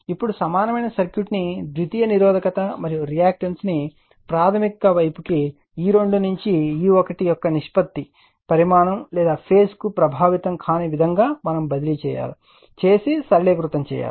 ఇప్పుడు సమానమైన సర్క్యూట్ను ద్వితీయ నిరోధకత మరియు రియాక్టన్స్ ను ప్రాధమిక వైపుకు E2 నుండి E1 యొక్క నిష్పత్తి పరిమాణం లేదా ఫేజ్ కు ప్రభావితం కాని విధంగా బదిలీ చేయడం ద్వారా సరళీకృతం చేయవచ్చు